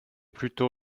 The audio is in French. pluto